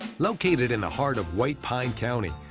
located in the heart of white pine county,